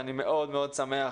אני מאוד מאוד שמח